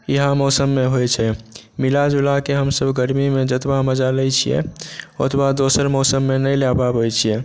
इएह मौसममे होइ छै मिलाजुलाके हमसभ गर्मीमे जतबा मजा लै छियै ओतबा दोसर मौसममे नहि लऽ पाबै छियै